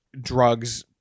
drugs